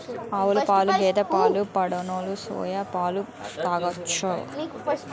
ఆవుపాలు గేదె పాలు పడనోలు సోయా పాలు తాగొచ్చు